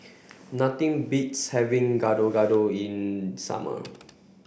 nothing beats having Gado Gado in summer